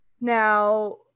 now